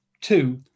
two